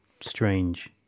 strange